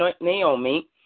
Naomi